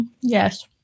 Yes